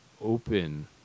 open